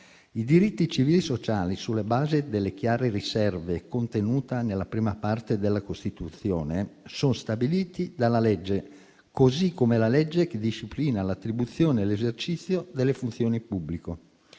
I diritti civili e sociali sulla base delle chiare riserve contenute nella prima parte della Costituzione, sono stabiliti dalla legge, così come è la legge che disciplina l'attribuzione all'esercizio delle funzioni pubbliche.